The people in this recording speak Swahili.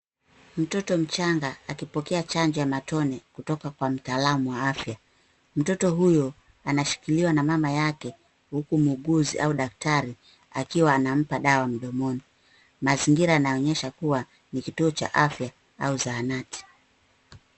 Mtoto mchanga akipokea chanjo ya matone kutoka kwa mtaalamu wa afya. Mtoto huyo anashikiliwa na mama yake huku muuguzi au dakatri akiwa anampa dawa mdomoni. Mazingira yanaonyesha kuwa ni kituo cha afya au zahanati.